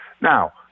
Now